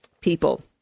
people